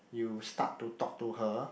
you start to talk to her